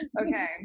Okay